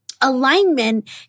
Alignment